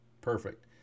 Perfect